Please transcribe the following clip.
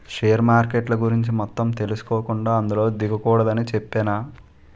share మార్కెట్ల గురించి మొత్తం తెలుసుకోకుండా అందులో దిగకూడదని చెప్పేనా